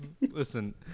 Listen